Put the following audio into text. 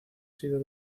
sido